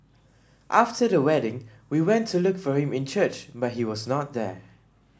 after the wedding we went to look for him in church but he was not there